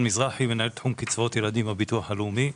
אני מנהל תחום קצבאות ילדים בביטוח הלאומי.